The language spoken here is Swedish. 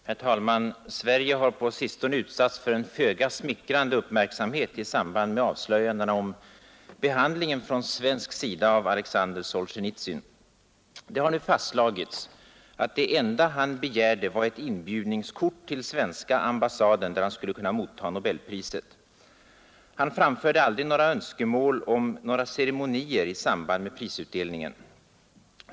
Herr talman! Sverige har på sistone utsatts för en föga smickrande uppmärksamhet i samband med avslöjandena om behandlingen från svensk sida av Alexander Solsjenitsyn. Det har nu fastslagits, att det enda Solsjenitsyn begärde var ett inbjudningskort till svenska ambassaden, där han skulle kunna motta nobelpriset. Han framförde aldrig önskemål om några ceremonier i samband med prisutdelningen.